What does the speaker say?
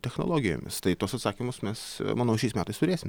technologijomis tai tuos atsakymus mes manau šiais metais turėsim